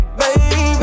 baby